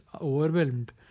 overwhelmed